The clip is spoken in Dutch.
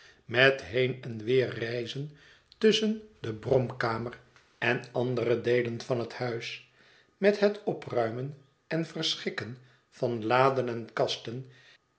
met heen en weder reizen tusschen de bromkamer en andere deelen van het huis met het opruimen en verschikken van laden en kasten